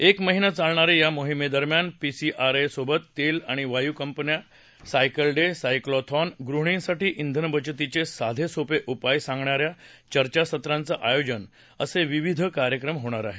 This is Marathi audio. एक महिना चालणाऱ्या या मोहिमेदरम्यान पीसीआरएसोबत तेल आणि वायू कंपन्या सायकल डे सायक्लोथॉन गृहिणींसाठी इंधन बचतीचे साधेसोपे उपाय सांगणाऱ्या चर्चासत्रांचं आयोजन असे विविध कार्यक्रम होणार आहेत